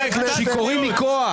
שיכורים מכוח.